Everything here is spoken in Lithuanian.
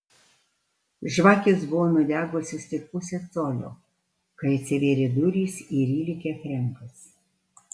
žvakės buvo nudegusios tik pusę colio kai atsivėrė durys ir įlėkė frenkas